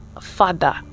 father